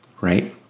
right